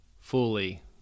fully